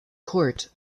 court